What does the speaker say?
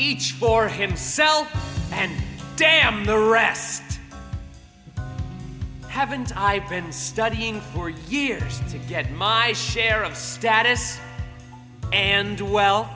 each for himself and damn the rest heavens i've been studying for years to get my share of status and well